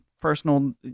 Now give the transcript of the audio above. personal